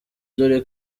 dore